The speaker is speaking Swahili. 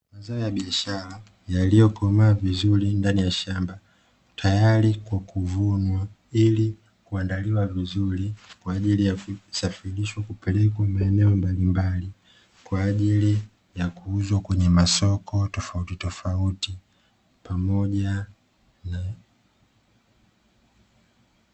Mazao ya biashara yaliyokomaa vizuri ndani ya shamba tayari kwa kuvunwa, ili kuandaliwa vizuri kwa ajili ya kusafirishwa kupelekwa maeneo mbalimbali kwa ajili ya kuuzwa kwenye masoko tofauti tofauti .